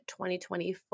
2024